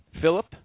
Philip